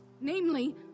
namely